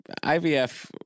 IVF